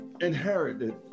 Inherited